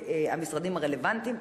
והמשרדים הרלוונטיים.